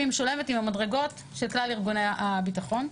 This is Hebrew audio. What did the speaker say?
היא משולבת עם המדרגות של כלל ארגוני הביטחון.